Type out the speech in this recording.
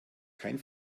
kein